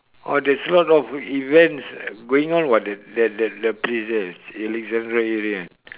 oh there's a lot of events going on what that that that the place there Alexandra area